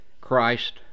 Christ